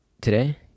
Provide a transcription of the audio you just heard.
today